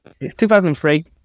2003